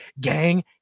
gang